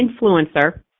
influencer